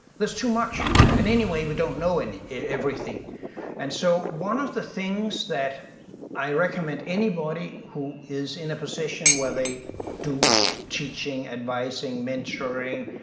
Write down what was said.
there's too much, and anyway, we don't know and everything and so one of the things that i recommend anybody who is in a position where they do teaching, advising, mentoring,